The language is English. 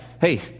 hey